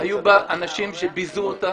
היו בה אנשים שביזו אותה